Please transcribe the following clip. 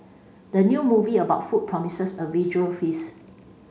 the new movie about food promises a visual feast